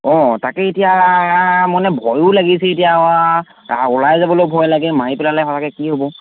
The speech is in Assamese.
অঁ তাকে এতিয়া মানে ভয়ো লাগিছে এতিয়া ওলাই যাবলৈও ভয় লাগে মাৰি পেলালে সঁচাকৈ কি হ'ব